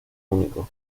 únicos